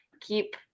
keep